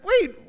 wait